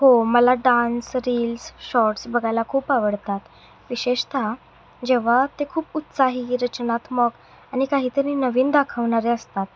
हो मला dance reels shorts बघायला खूप आवडतात विशेषतः जेव्हा ते खूप उत्साही रचनात्मक आणि काहीतरी नवीन दाखवणारे असतात